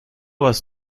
was